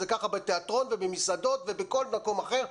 זה ככה בתיאטרון ובמסעדות ובכל מקום אחר,